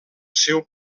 seu